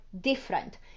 different